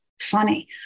funny